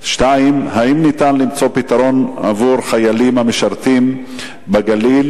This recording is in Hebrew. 2. האם אפשר למצוא פתרון עבור חיילים המשרתים בגליל